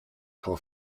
call